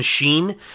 machine